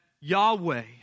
Yahweh